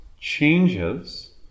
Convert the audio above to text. changes